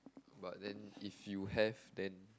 but then if you have then